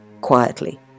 quietly